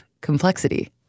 complexity